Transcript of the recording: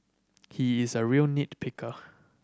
he is a real nit picker